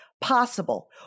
possible